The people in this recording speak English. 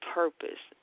purpose